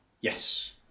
Yes